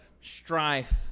strife